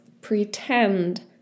pretend